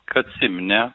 kad simne